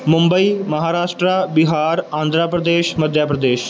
Mumbai Maharashtra Bihar Andhra Pradesh Madhya Pradesh